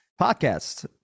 podcast